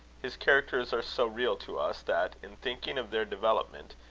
his characters are so real to us, that, in thinking of their development,